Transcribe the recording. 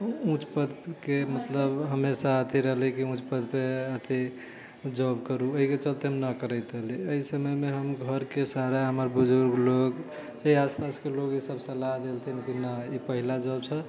उच्च पदके मतलब हमेशा एथी रहलै कि उच्च पद पर अथी जॉब करू एहिके चलते हमे एहि समयमे हम घरके सारा हमर बुजुर्ग लोग चाहे आस पासके लोग से सब सलाह देलथिन कि न ई पहिला जॉब छौ